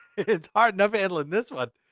it's hard enough handling this one.